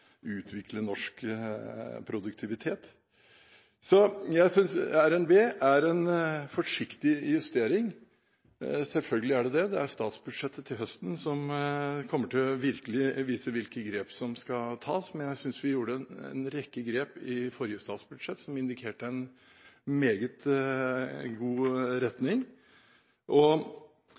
utvikle norsk produktivitet. Jeg synes revidert nasjonalbudsjett er en forsiktig justering. Selvfølgelig er det det, det er statsbudsjettet til høsten som virkelig kommer til å vise hvilke grep som skal tas, men jeg synes vi gjorde en rekke grep i forrige statsbudsjett som indikerte en meget god retning.